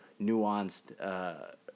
nuanced